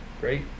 great